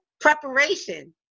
preparation